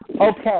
Okay